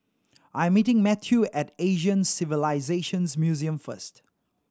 I am meeting Matthew at Asian Civilisations Museum first